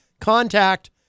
contact